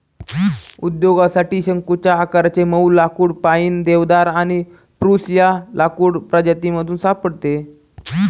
उद्योगासाठी शंकुच्या आकाराचे मऊ लाकुड पाईन, देवदार आणि स्प्रूस या लाकूड प्रजातीमधून सापडते